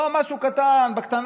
לא משהו בקטנה,